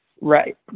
Right